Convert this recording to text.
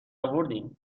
آوردین